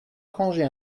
arranger